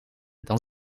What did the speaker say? dan